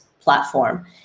platform